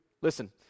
Listen